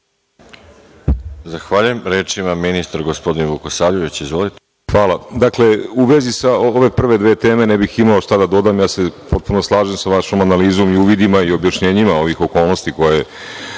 Zahvaljujem. Reč ima ministar gospodin Vukosavljević. **Vladan Vukosavljević** Dakle, u vezi sa ove prve dve teme ne bih imao šta da dodam. Potpuno se slažem sa vašom analizom i uvidima i objašnjenjima ovih okolnosti koje